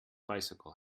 bicycle